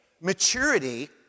maturity